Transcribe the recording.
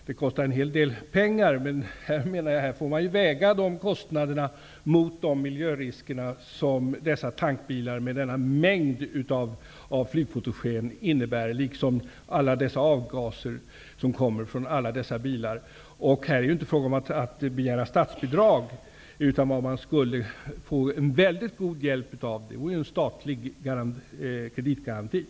Det kostar en hel del pengar, och kostnaderna får vägas mot de miljörisker som dessa tankbilar med denna mängd flygfotogen innebär -- liksom alla dessa avgaser från alla dessa bilar. Här är det inte fråga om att begära statsbidrag. Men en statlig kreditgaranti skulle ge god hjälp.